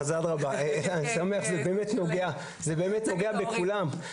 זה באמת נוגע בכולם.